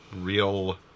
real